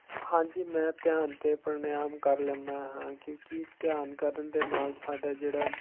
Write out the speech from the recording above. ਹਾਂਜੀ ਮੈਂ ਧਿਆਨ ਅਤੇ ਪ੍ਰਾਣਾਯਾਮ ਕਰ ਲੈਂਦਾ ਹਾਂ ਕਿਉਂਕਿ ਧਿਆਨ ਕਰਨ ਦੇ ਨਾਲ ਸਾਡਾ ਜਿਹੜਾ